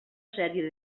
sèrie